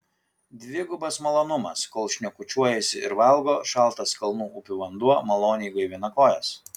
dvigubas malonumas kol šnekučiuojasi ir valgo šaltas kalnų upių vanduo maloniai gaivina kojas